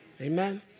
Amen